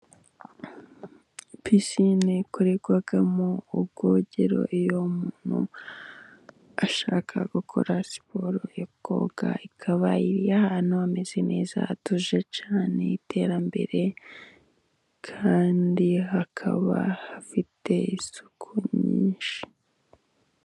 Pisine ikorerwamo ubwogero, iyo umuntu ashaka gukora siporo yo koga, ikaba iri ahantu hameze neza hatuje cyane, h'iterambere kandi hakaba hafite isuku nyinshi.